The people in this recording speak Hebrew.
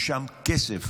יש שם כסף.